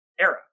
era